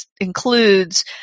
includes